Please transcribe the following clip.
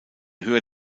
höher